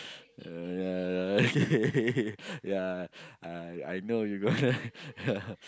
ya I I know you gonna